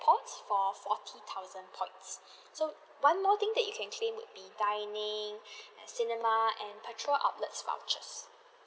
~pods for forty thousand points so one more thing that you can claim would be dining cinema and petrol outlets vouchers